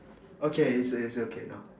okay it's err it's okay now